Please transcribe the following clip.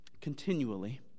continually